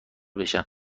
باشن